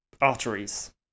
arteries